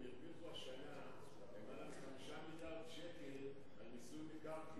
הם הרוויחו השנה למעלה מ-5 מיליארדי שקלים על מיסוי מקרקעין,